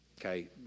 Okay